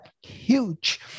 Huge